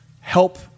help